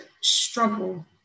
struggle